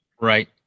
Right